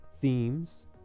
themes